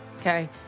Okay